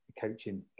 coaching